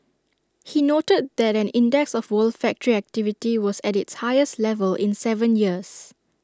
he noted that an index of world factory activity was at its highest level in Seven years